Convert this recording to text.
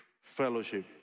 fellowship